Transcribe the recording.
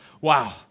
Wow